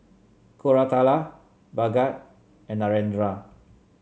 Koratala Bhagat and Narendra